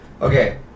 Okay